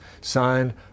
Signed